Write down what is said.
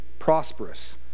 prosperous